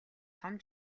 том